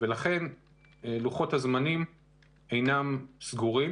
ולכן לוחות הזמנים אינם סגורים.